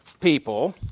people